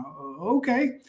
Okay